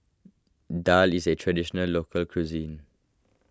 Daal is a Traditional Local Cuisine